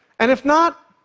and if not?